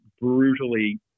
brutally